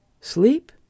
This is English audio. Sleep